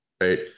right